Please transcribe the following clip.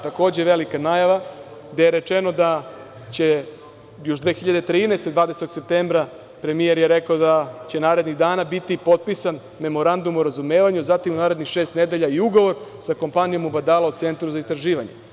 Takođe velika najava gde je rečeno da će još, 20. septembra 2013. godine premijer je rekao da će narednih dana biti potpisan memorandum o razumevanju, zatim u narednih šest nedelja i ugovor za kompaniju „Mubadala“ u Centru za istraživanje.